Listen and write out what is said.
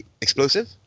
explosive